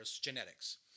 genetics